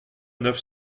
neuf